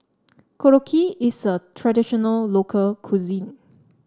Korokke is a traditional local cuisine